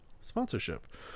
sponsorship